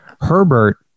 Herbert